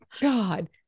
God